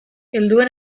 helduen